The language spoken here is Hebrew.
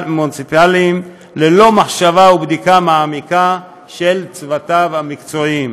מוניציפליים ללא מחשבה ובדיקה מעמיקה של צוותיו המקצועיים.